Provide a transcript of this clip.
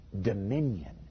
dominion